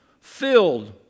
filled